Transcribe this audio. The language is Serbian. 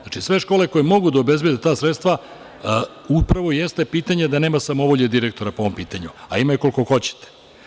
Znači, sve škole koje mogu da obezbede da sredstva, upravo i jeste pitanje da nema samovolje direktora po ovom pitanju, a ima je koliko hoćete.